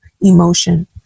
emotion